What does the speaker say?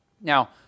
Now